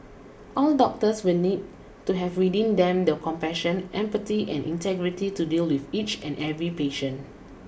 all doctors will need to have within them the compassion empathy and integrity to deal with each and every patient